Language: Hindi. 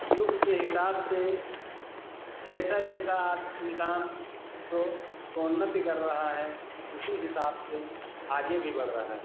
युग के हिसाब से जैसा जैसा अब इंसान प्रोन्नति कर रहा है उसी हिसाब से आगे भी बढ़ रहा है